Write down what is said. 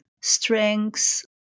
strengths